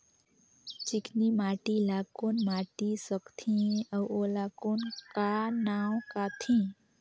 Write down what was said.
चिकनी माटी ला कौन माटी सकथे अउ ओला कौन का नाव काथे?